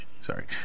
Sorry